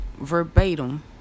verbatim